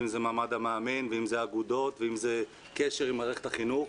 אם זה מעמד המאמן ואם זה אגודות ואם זה קשר עם מערכת החינוך,